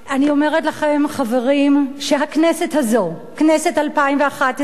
אני אומרת לכם, חברים, שהכנסת הזאת, כנסת 2011,